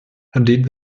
did